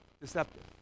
deceptive